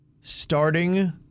starting